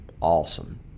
awesome